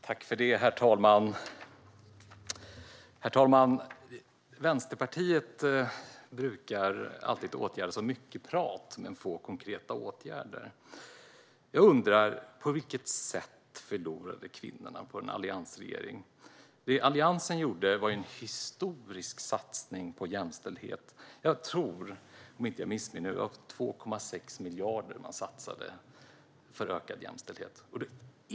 Herr talman! Vänsterpartiet brukar ägna sig åt mycket prat men få konkreta åtgärder. Jag undrar: På vilket sätt förlorade kvinnorna på en alliansregering? Det Alliansen gjorde var en historisk satsning på jämställdhet. Jag tror, om jag inte missminner mig, att man satsade 2,6 miljarder på ökad jämställdhet.